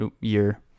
year